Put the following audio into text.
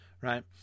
right